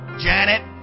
Janet